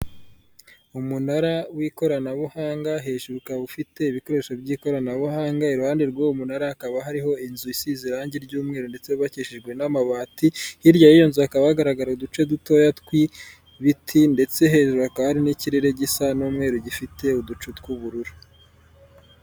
Umunara w'ikoranabuhanga, hejuru ukaba ufite ibikoresho by'ikoranabuhanga, iruhande rw'uwo munara hakaba hariho inzu isize irangi ry'umweru ndetse yubakishijwe n'amabati, hirya y'iyo nzu hakaba hagaragara uduce dutoya tw'ibiti ndetse hejuru hakaba hari n'ikirere gisa n'umweru, gifite uducu tw'ubururu.